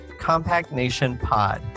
CompactNationPod